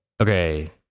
okay